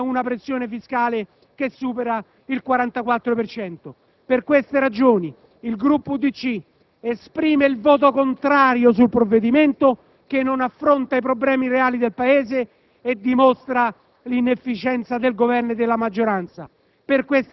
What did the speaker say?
insieme a una pressione fiscale che supera il 44 per cento. Per queste ragioni il Gruppo UDC esprime il voto contrario sul provvedimento, che non affronta i problemi reali del Paese e dimostra l'inefficienza del Governo e della maggioranza.